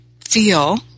feel